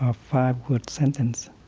ah five-word sentence.